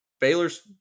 Baylor's